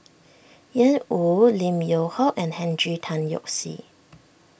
Ian Woo Lim Yew Hock and Henry Tan Yoke See